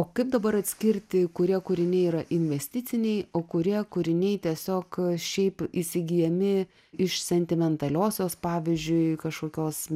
o kaip dabar atskirti kurie kūriniai yra investiciniai o kurie kūriniai tiesiog šiaip įsigyjami iš sentimentaliosios pavyzdžiui kažkokios